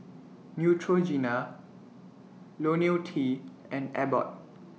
Neutrogena Ionil T and Abbott